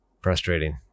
frustrating